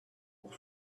pour